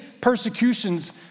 persecutions